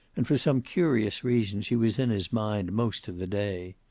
and for some curious reason she was in his mind most of the day.